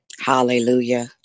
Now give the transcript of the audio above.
Hallelujah